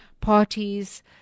parties